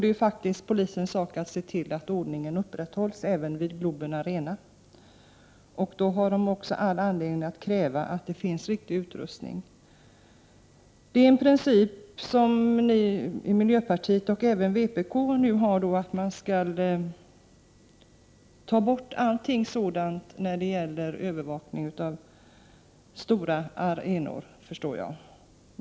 Det är polisens sak att se till att ordningen upprätthålls även vid Globen Arena, och då har polisen rätt att kräva att det finns riktig utrustning. För miljöpartiet och även för vpk är det en princip att man skall avstå från all utrustning för övervakning av stora arenor, förstår jag.